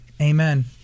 Amen